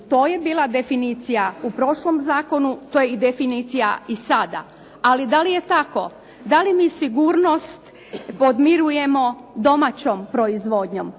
To je bila definicija u prošlom zakonu. To je i definicija sada. Ali da li je tako? Da li mi sigurnost podmirujemo domaćom proizvodnjom.